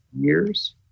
Years